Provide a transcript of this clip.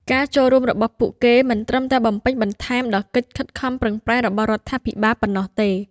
ការចូលរួមរបស់ពួកគេមិនត្រឹមតែបំពេញបន្ថែមដល់កិច្ចខិតខំប្រឹងប្រែងរបស់រដ្ឋាភិបាលប៉ុណ្ណោះទេ។